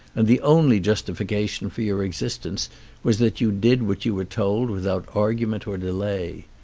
and the only justification for your existence was that you did what you were told without argument or delay.